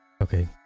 Okay